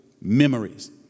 memories